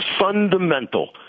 fundamental